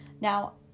Now